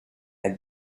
are